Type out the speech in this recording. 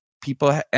people